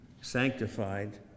sanctified